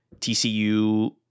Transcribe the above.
TCU